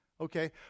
Okay